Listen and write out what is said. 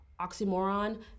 oxymoron